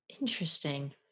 Interesting